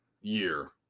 year